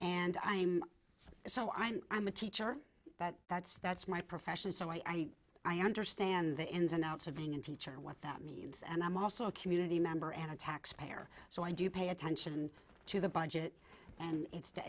and i'm so i'm i'm a teacher that that's that's my profession so i mean i understand the ins and outs of being a teacher and what that means and i'm also a community member and a taxpayer so i do pay attention to the budget and it's t